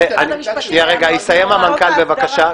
יסיים המנכ"ל, בבקשה.